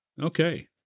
Okay